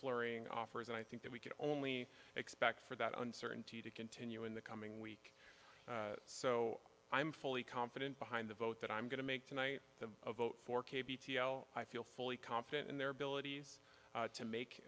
flurrying offers and i think that we can only expect for that uncertainty to continue in the coming week so i'm fully confident behind the vote that i'm going to make tonight to vote for k b t l i feel fully confident in their abilities to make